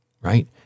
right